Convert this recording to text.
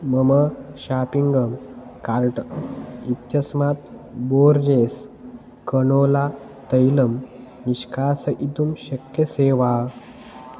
मम shopping cart इत्यस्मात् Borges canola तैलं निष्कासयितुं शक्यसे वा